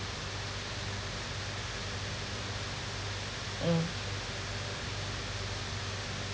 mm